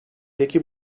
peki